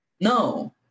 No